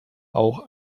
auch